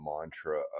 mantra